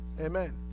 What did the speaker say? Amen